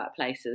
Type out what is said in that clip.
workplaces